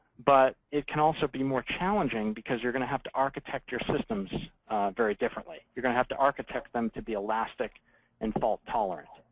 but it can also be more challenging because you're going to have to architect your systems very differently. you're going to have to architect them to be elastic and fault tolerant.